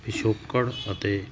ਪਿਛੋਕੜ ਅਤੇ